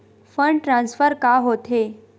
Fund transfer का होथे?